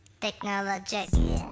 Technology